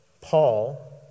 Paul